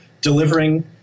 delivering